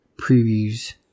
previews